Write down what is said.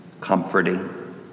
Comforting